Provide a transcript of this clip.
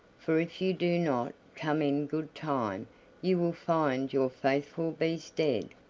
for if you do not come in good time you will find your faithful beast dead.